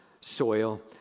soil